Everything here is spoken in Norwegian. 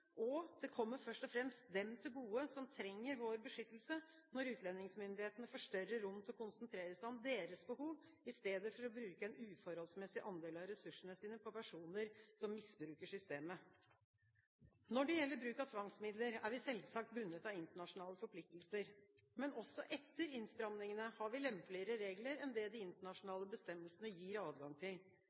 Det kommer først og fremst dem til gode som trenger vår beskyttelse, når utlendingsmyndighetene får større rom til å konsentrere seg om deres behov, i stedet for å bruke en uforholdsmessig andel av ressursene sine på personer som misbruker systemet. Når det gjelder bruk av tvangsmidler, er vi selvsagt bundet av internasjonale forpliktelser. Men også etter innstramningene har vi lempeligere regler enn det de internasjonale bestemmelsene gir adgang til.